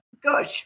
good